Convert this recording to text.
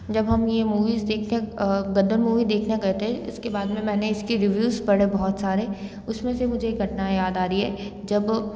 जब हम ये मूवीज़ देखते हैं गदर मूवी देखने गए थे इसके बाद में मैंने इसके रिव्युज़ पढ़े बहुत सारे उसमें से मुझे एक घटना याद आ रही हैं जब